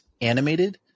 animated